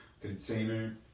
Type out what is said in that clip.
container